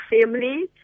family